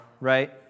right